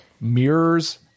mirrors